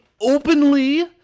openly